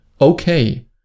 okay